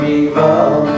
evil